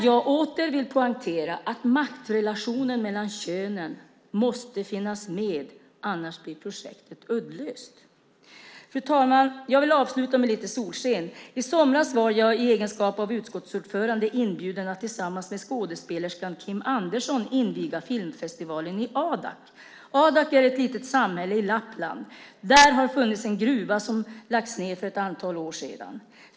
Jag vill åter poängtera att maktrelationen mellan könen måste finnas med, annars blir projektet uddlöst. Fru talman! Jag vill avsluta med lite solsken. I somras var jag i egenskap av utskottsordförande inbjuden att tillsammans med skådespelerskan Kim Anderzon inviga filmfestivalen i Adak som är ett litet samhälle i Lappland. Där har det funnits en gruva som lades ned för ett antal år sedan.